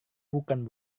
bukan